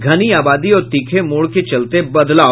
घनी आबादी और तीखे मोड़ के चलते बदलाव